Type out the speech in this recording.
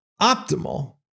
optimal